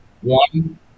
one